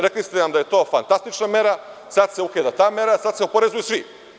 Rekli ste da je to fantastična mera, a sada se ukida ta mera, sada se oporezuju svi.